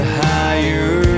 higher